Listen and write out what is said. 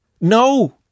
No